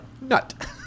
Nut